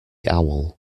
owl